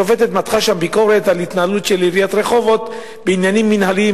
השופטת מתחה שם ביקורת על ההתנהלות של עיריית רחובות בעניינים מינהליים,